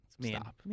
Stop